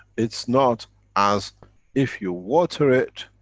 it's not as if you water it,